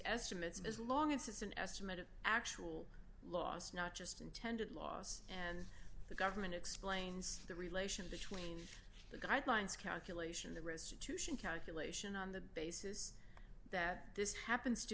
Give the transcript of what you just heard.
estimates as long as it's an estimate of actual loss not just intended loss and the government explains the relation between the guidelines calculation the restitution calculation on the basis that this happens to